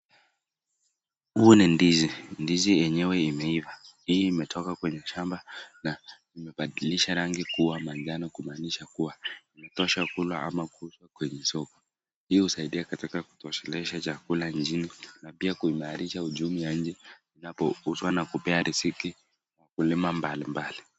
Huu ni ndizi. Ndizi yenyewe imeiva. Hii imetoka kwenye shamba na imebadilisha rangi kuwa manjano kumaanisha kuwa imetosha kulwa ama kuuzwa kwenye soko. Hii husaidia katika kutosheleza chakula nchini na pia kuimarisha uchumi ya nchi inapouzwa na kupea riziki wakulima mbali mbali.